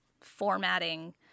formatting